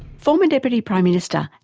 former deputy prime minister,